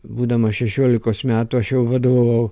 būdamas šešiolikos metų aš jau vadovavau